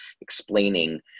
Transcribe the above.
explaining